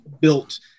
built